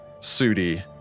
Sudi